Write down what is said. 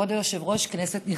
כבוד היושב-ראש, כנסת נכבדה,